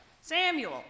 Samuel